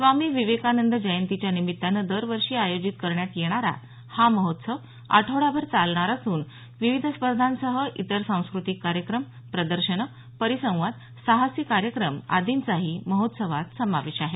स्वामी विवेकानंद जयंतीच्या निमित्तानं दरवर्षी आयोजित करण्यात येणारा हा महोत्सव आठवडाभर चालणार असून विविध स्पर्धांसह इतर सांस्कृतिक कार्यक्रम प्रदर्शनं परिसंवाद साहसी कार्यक्रम आदींचाही महोत्सवात समावेश आहे